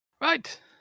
Right